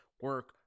Work